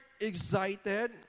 excited